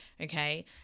Okay